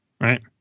right